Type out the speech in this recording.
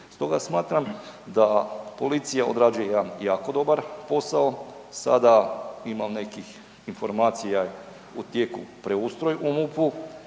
Stoga smatram da policija odrađuje jedan jako dobar posao, sada imam nekih informacija, u tijeku je preustroj u MUP-u